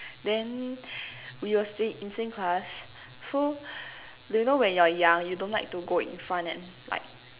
then we were sa~ in same class so do you know when you're young you don't like to go in front and like